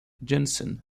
jensen